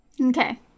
Okay